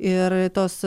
ir tos